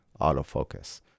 autofocus